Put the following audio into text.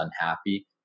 unhappy